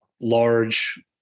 large